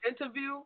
interview